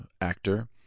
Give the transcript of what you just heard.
actor